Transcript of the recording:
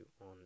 on